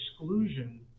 exclusion